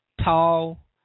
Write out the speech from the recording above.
tall